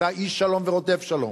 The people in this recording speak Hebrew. אתה איש שלום ורודף שלום.